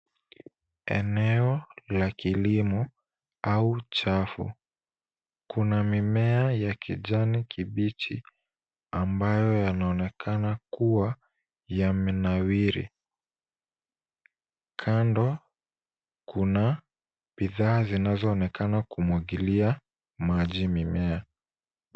Eneo la kilimo au chafu. Kuna mimea ya kijani kibichi ambayo yanaonekana kuwa yamenawiri. Kando kuna bidhaa zinazoonekana kumwagilia maji mimea.